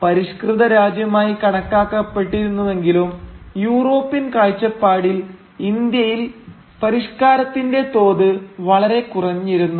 പരിഷ്കൃത രാജ്യമായി കണക്കാക്കപ്പെട്ടിരുന്നുവെങ്കിലും യൂറോപ്യൻ കാഴ്ചപ്പാടിൽ ഇന്ത്യയിൽ പരിഷ്കാരത്തിന്റെ തോത് വളരെ കുറഞ്ഞിരുന്നു